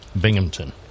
Binghamton